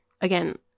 again